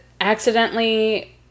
accidentally